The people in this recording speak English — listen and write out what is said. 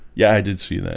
yeah, i did see that